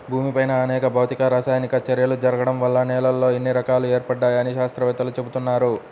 భూమిపైన అనేక భౌతిక, రసాయనిక చర్యలు జరగడం వల్ల నేలల్లో ఇన్ని రకాలు ఏర్పడ్డాయని శాత్రవేత్తలు చెబుతున్నారు